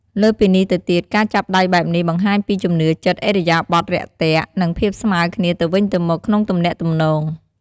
លើសពីនេះទៅទៀត ការចាប់ដៃបែបនេះបង្ហាញពីជំនឿចិត្ត ឥរិយាបថរាក់ទាក់ និងភាពស្មើគ្នាទៅវិញទៅមកក្នុងទំនាក់ទំនង។